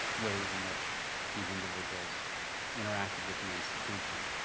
ways in which these individuals interacted with the institution.